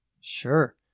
sure